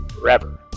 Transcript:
forever